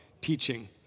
teaching